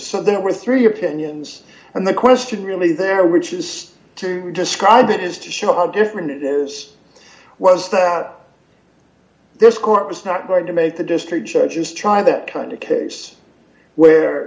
so there were three opinions and the question really there which is to describe it is to show how different it is was that this court was not going to make the district judges try that kind of case where